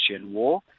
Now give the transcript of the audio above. war